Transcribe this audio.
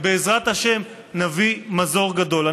ובעזרת השם, נביא מזור גדול.